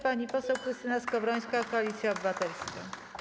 Pani poseł Krystyna Skowrońska, Koalicja Obywatelska.